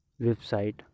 website